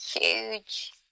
huge